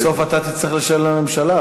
בסוף אתה תצטרך לשלם לממשלה,